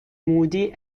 moody